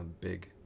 big